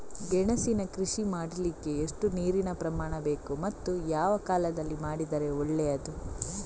ಗೆಣಸಿನ ಕೃಷಿ ಮಾಡಲಿಕ್ಕೆ ಎಷ್ಟು ನೀರಿನ ಪ್ರಮಾಣ ಬೇಕು ಮತ್ತು ಯಾವ ಕಾಲದಲ್ಲಿ ಮಾಡಿದರೆ ಒಳ್ಳೆಯದು?